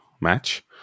match